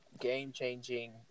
game-changing